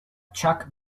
chuck